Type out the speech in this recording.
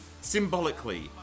symbolically